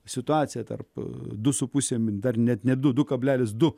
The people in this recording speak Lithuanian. situaciją tarp du su puse dar net ne du du kablelis du